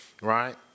right